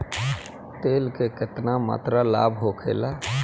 तेल के केतना मात्रा लाभ होखेला?